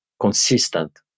consistent